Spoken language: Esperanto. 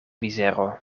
mizero